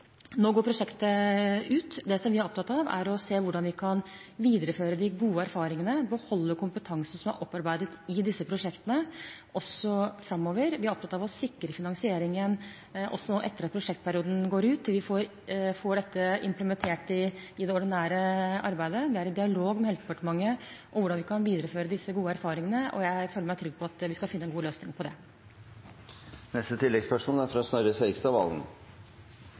opptatt av, er å se hvordan vi kan videreføre de gode erfaringene, beholde kompetansen som er opparbeidet i disse prosjektene, også framover. Vi er opptatt av å sikre finansieringen også etter at prosjektperioden går ut, til vi får dette implementert i det ordinære arbeidet. Vi er i dialog med Helsedepartementet om hvordan vi kan videreføre disse gode erfaringene, og jeg føler meg trygg på at vi skal finne en god løsning på det. Snorre Serigstad Valen – til oppfølgingsspørsmål. Mitt spørsmål er